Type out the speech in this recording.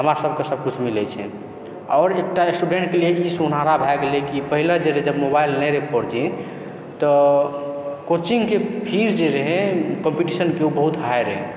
हमरा सबके सबकिछु मिलै छै आओर एकटा स्टूडेण्टके लेल ई सुनहरा भए गेलै कि पहिने जे रहै जब मोबाइल नहि रहै फोर जी तऽ कोचिङ्गके फीस जे रहै कॉम्पीटिशनके ओ बहुत हाइ रहै